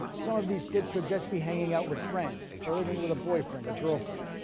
some of these kids could just be hanging out with friends or living with a boyfriend or girlfriend,